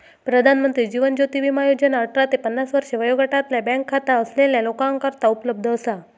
प्रधानमंत्री जीवन ज्योती विमा योजना अठरा ते पन्नास वर्षे वयोगटातल्या बँक खाता असलेल्या लोकांकरता उपलब्ध असा